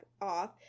off